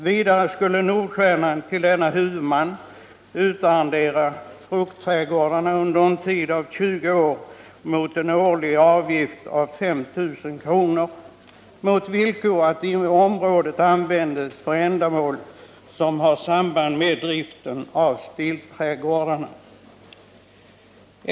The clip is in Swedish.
Vidare skulle Nordstjernan till denne huvudman utarrendera fruktträdgårdarna under en tid av 20 år mot en årlig avgift av 5 000 kr., mot villkor att området användes för ändamål som har samband med driften av stilträdgårdarna.